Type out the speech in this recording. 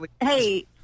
Hey